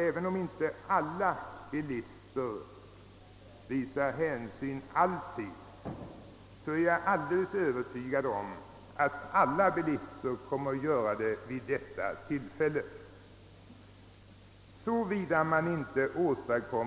Även om inte alla bilister alltid visar hänsyn, är jag helt övertygad om att alla kommer att göra det vid detta tillfälle — såvida man inte genom en alltför låg fartgräns